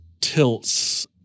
tilts